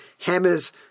hammers